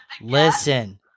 Listen